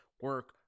Work